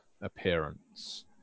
appearance